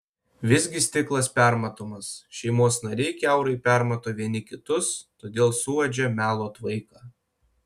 visgi stiklas permatomas šeimos nariai kiaurai permato vieni kitus todėl suuodžia melo tvaiką